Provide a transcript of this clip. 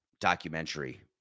documentary